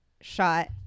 shot